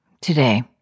today